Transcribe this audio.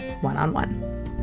one-on-one